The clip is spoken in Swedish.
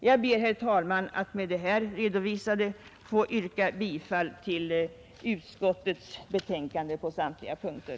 Herr talman! Jag ber med vad jag här anfört att få yrka bifall till utskottets hemställan på samtliga punkter.